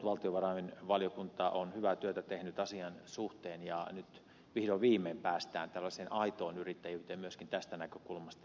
valtiovarainvaliokunta on hyvää työtä tehnyt asian suhteen ja nyt vihdoin viimein päästään tällaiseen aitoon yrittäjyyteen myöskin tästä näkökulmasta